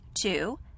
Two